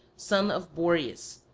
sons of boreas,